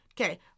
Okay